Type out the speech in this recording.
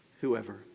whoever